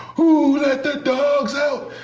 who let the dogs out?